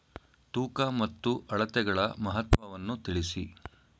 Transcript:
ತೂಕ ಮತ್ತು ಅಳತೆಗಳ ಮಹತ್ವವನ್ನು ತಿಳಿಸಿ?